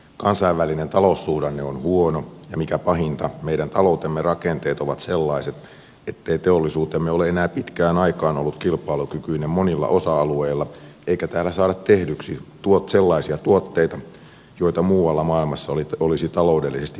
kansainvälinen taloussuhdanne on huono ja mikä pahinta meidän taloutemme rakenteet ovat sellaiset ettei teollisuutemme ole enää pitkään aikaan ollut kilpailukykyinen monilla osa alueilla eikä täällä saada tehdyksi sellaisia tuotteita joita muualla maailmassa olisi taloudellisesti perusteltua ostaa